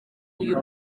uyu